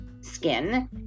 skin